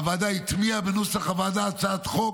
הוועדה הטמיעה בנוסח הצעת החוק